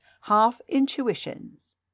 half-intuitions